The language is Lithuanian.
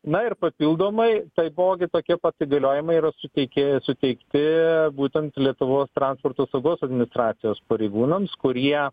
na ir papildomai taipogi tokie pat įgaliojimai yra suteiki suteikti būtent lietuvos transporto saugos administracijos pareigūnams kurie